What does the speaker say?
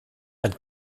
dann